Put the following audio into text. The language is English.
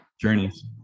journeys